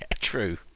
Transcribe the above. true